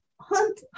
Hunt